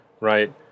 right